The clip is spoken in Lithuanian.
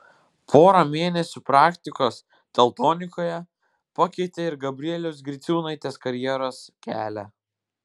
pora mėnesių praktikos teltonikoje pakeitė ir gabrielės griciūnaitės karjeros kelią